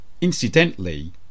Incidentally